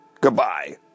Goodbye